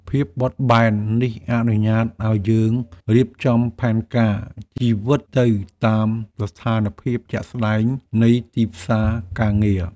ភាពបត់បែននេះអនុញ្ញាតឱ្យយើងរៀបចំផែនការជីវិតទៅតាមស្ថានភាពជាក់ស្តែងនៃទីផ្សារការងារ។